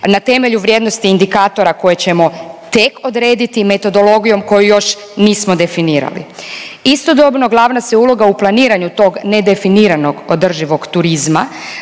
na temelju vrijednosti indikatora koje ćemo tek odrediti, metodologijom koju još nismo definirali. Istodobno, glavna se uloga u planiranju tog nedefiniranog održivog turizma